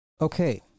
Okay